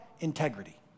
integrity